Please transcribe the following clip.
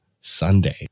Sunday